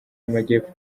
y’amajyepfo